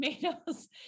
tomatoes